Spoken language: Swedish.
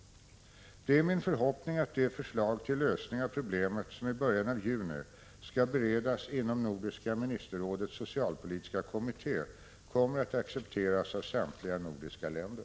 Det är min förhoppning att det förslag till lösning av problemet som i början av juni skall beredas inom Nordiska ministerrådets socialpolitiska kommitté kommer att accepteras av samtliga nordiska länder.